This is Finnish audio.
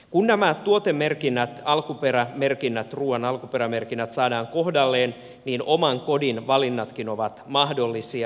kun nämä tuotemerkinnät ruuan alkuperämerkinnät saadaan kohdalleen niin oman kodin valinnatkin ovat mahdollisia